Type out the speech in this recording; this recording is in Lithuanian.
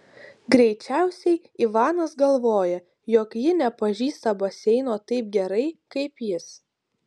greičiausiai ivanas galvoja jog ji nepažįsta baseino taip gerai kaip jis